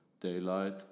daylight